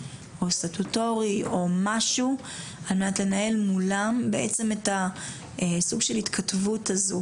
או סטטוטורי או משהו על מנת לנהל מולם בעצם את הסוג של ההתכתבות הזו,